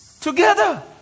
together